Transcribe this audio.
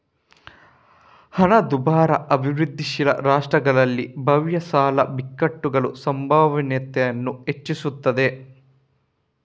ಹಣದುಬ್ಬರ ಅಭಿವೃದ್ಧಿಶೀಲ ರಾಷ್ಟ್ರಗಳಲ್ಲಿ ಬಾಹ್ಯ ಸಾಲದ ಬಿಕ್ಕಟ್ಟುಗಳ ಸಂಭವನೀಯತೆಯನ್ನ ಹೆಚ್ಚಿಸ್ತದೆ